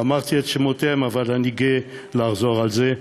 אמרתי את שמותיהם, אבל אני גאה לחזור על זה,